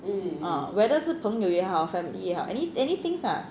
uh whether 是朋友也好 family 也好 any anything lah